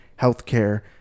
healthcare